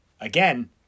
again